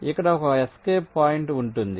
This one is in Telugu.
ఇక్కడ ఒక ఎస్కేప్ పాయింట్ ఉంటుంది